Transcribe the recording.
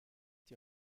die